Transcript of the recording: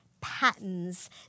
patterns